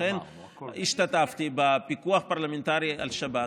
אכן השתתפתי בפיקוח פרלמנטרי על שב"כ.